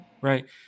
right